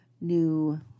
new